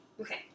Okay